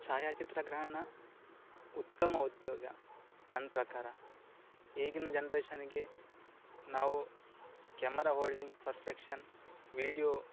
ಛಾಯಾಚಿತ್ರಗ್ರಹಣ ಉತ್ತಮ ಉದ್ಯೋಗ ನನ್ನ ಪ್ರಕಾರ ಈಗಿನ ಜನರೇಷನ್ನಿಗೆ ನಾವು ಕ್ಯಾಮರಾ ಹೋಲ್ಡಿಂಗ್ ಫರ್ಫೆಕ್ಷನ್ ವೀಡಿಯೋ